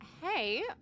Hey